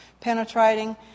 penetrating